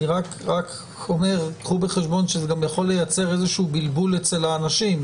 אני רק קחו בחשבון שזה גם יכול לייצר איזשהו בלבול אצל האנשים.